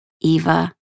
Eva